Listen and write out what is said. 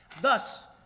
Thus